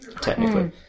technically